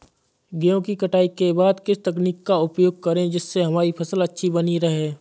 गेहूँ की कटाई के बाद किस तकनीक का उपयोग करें जिससे हमारी फसल अच्छी बनी रहे?